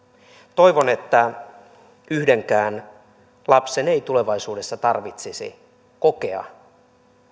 toivon että yhdenkään lapsen ei tulevaisuudessa tarvitsisi kokea